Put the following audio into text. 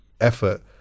effort